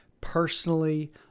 personally